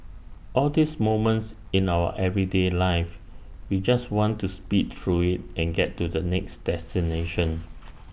all these moments in our everyday life we just want to speed through IT and get to the next destination